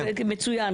מצוין.